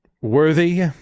...worthy